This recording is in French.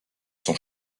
sont